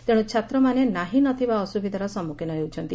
ତେଶୁ ଛାତ୍ରମାନେ ନାହି ନ ଥିବା ଅସୁବିଧାର ସମ୍ମୁଖୀନ ହେଉଛନ୍ତି